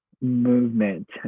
movement